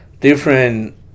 different